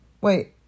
Wait